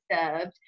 served